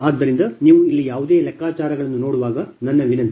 ಆದ್ದರಿಂದ ನೀವು ಇಲ್ಲಿ ಯಾವುದೇ ಲೆಕ್ಕಾಚಾರಗಳನ್ನು ನೋಡುವಾಗ ನನ್ನ ವಿನಂತಿ